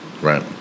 Right